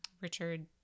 Richard